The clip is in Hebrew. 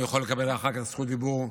הוא יכול לקבל אחר כך זכות דיבור.